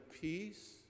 peace